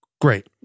great